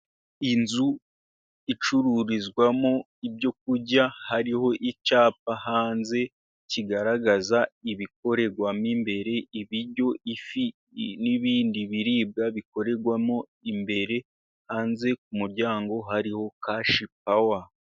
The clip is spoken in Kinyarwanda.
Inzu icururizwamo ibyo kurya, hariho icyapa hanze kigaragaza ibikorerwa mu imbere ibiryo, ifi, n'ibindi biribwa bikorerwa mu imbere, hanze ku muryango hariho kashi pawa.